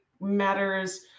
matters